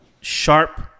sharp